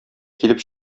килеп